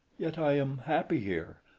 yet i am happy here.